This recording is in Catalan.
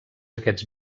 aquests